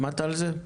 שמעת על זה?